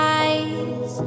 eyes